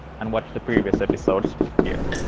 and watch the previous episodes here.